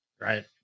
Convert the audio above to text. right